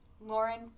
Lauren